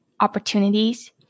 opportunities